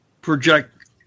project